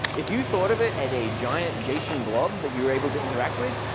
if you thought of it as a giant json blog that you were able to interact with,